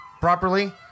properly